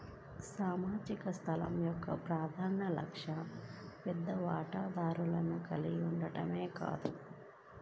సామాజిక సంస్థ యొక్క ప్రధాన లక్ష్యం పెద్ద వాటాదారులను కలిగి ఉండటమే కాదు